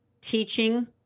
Teaching